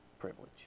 privilege